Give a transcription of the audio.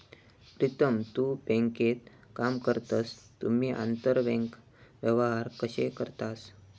प्रीतम तु बँकेत काम करतस तुम्ही आंतरबँक व्यवहार कशे करतास?